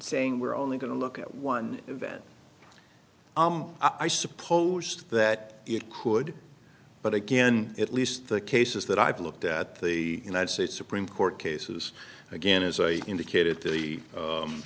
saying we're only going to look at one event i suppose that it could but again at least the cases that i've looked at the united states supreme court cases again as i indicated to be the